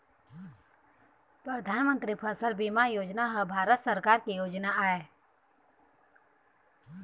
परधानमंतरी फसल बीमा योजना ह भारत सरकार के योजना आय